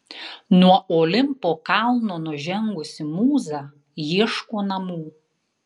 nuo olimpo kalno nužengusi mūza ieško namų